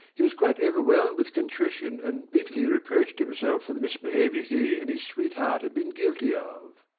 he was quite overwhelmed with contrition, and bitterly reproached himself for the misbehaviour he and his sweetheart had been guilty of.